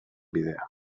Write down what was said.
bidea